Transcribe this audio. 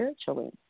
spiritually